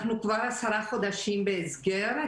אנחנו כבר עשרה חודשים בהסגר,